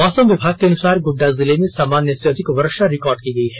मौसम विभाग के अनुसार गोड़डा जिले में सामान्य से अधिक वर्षा रिकार्ड की गयी है